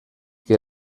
que